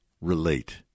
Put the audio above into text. relate